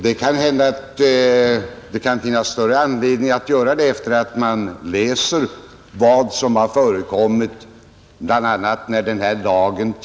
Det är möjligt att man kan ha större anledning att göra det då man läser vad som skrivits om tryckfrihetsförordningen.